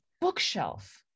bookshelf